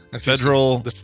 Federal